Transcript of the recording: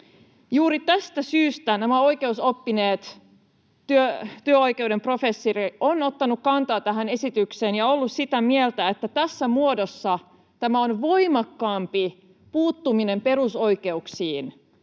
Juuri tästä syystä nämä oikeusoppineet, tämä työoikeuden professori ovat ottaneet kantaa tähän esitykseen ja olleet sitä mieltä, että tässä muodossa tämä on voimakkaampi puuttuminen perusoikeuksiin